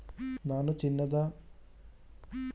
ನಾನು ಚಿನ್ನದ ಬಾಂಡ್ ಗೆ ಅರ್ಜಿ ಸಲ್ಲಿಸಬಹುದೇ?